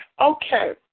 Okay